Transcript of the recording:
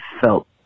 felt